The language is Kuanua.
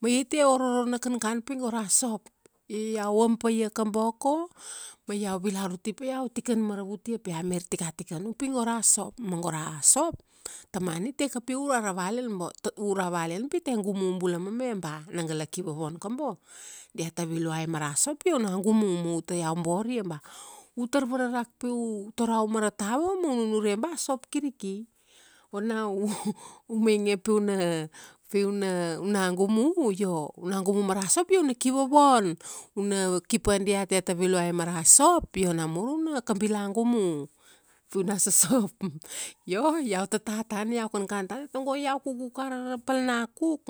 ma ia itie ororo na kankan pi go ra sop. Io iau am pa ia koboko, ma iau vilaur uti pi iau tikan maravut ia pi amir tikatikan upi go ra sop. Ma go ra sop, tamana i te kapia ura ra valian. Ma, te, ura valian pi tie gumu bula mame ba na gala kivovon gobo. Diata viluai mara sop io unagumu. Ma to, ia borai ba, u tar vararak pi u torau mara tava ma u nunure ba a sop kiri ki. Ona u, u mainge piuna, piuna, una gumu, io, una gumu mara sop io una kivovon. Una ki pa diat diata viluai mara sop, io namur una, kabila gumu. Piuna sosop. Io, iau tata tana, iau kankan tana tago iau kukuk ara ra pal na kuk,